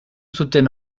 zuten